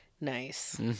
nice